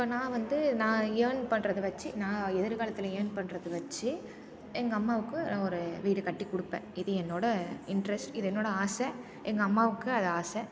இப்போ நான் வந்து நான் இயர்ன் பண்ணுறத வச்சு நான் எதிர்காலத்தில் இயர்ன் பண்ணுறத வச்சு எங்கள் அம்மாவுக்கு நான் ஒரு வீடு கட்டிக்கொடுப்பேன் இது என்னோடய இன்ட்ரஸ்ட் இது என்னோடய ஆசை எங்கள் அம்மாவுக்கு அது ஆசை